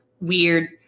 weird